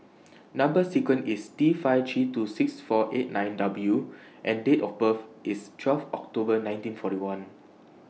Number sequence IS T five three two six four eight nine W and Date of birth IS twelfth October nineteen forty one